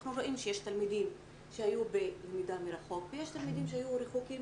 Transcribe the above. אנחנו רואים שיש תלמידים שהיו בלמידה מרחוק ויש תלמידים שהיו רחוקים